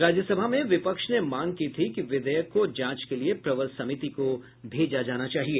राज्य सभा में विपक्ष ने मांग की थी कि विधेयक को जांच के लिए प्रवर समिति को भेजा जाना चाहिए